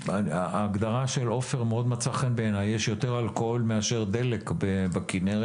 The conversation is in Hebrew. ההגדרה של עופר מצאה חן בעיניי יש יותר אלכוהול מאשר דלק בכינרת.